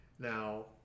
Now